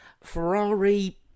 Ferrari